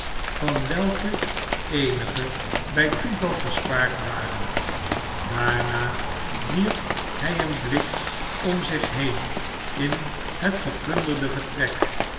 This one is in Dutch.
van welke eenige bij toeval gespaard waren daarna wierp hij een blik om zich heen in het geplunderde vertrek